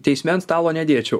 teisme ant stalo nedėčiau